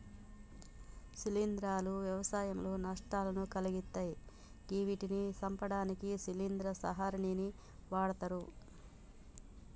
శిలీంద్రాలు వ్యవసాయంలో నష్టాలను కలిగిత్తయ్ గివ్విటిని సంపడానికి శిలీంద్ర సంహారిణిని వాడ్తరు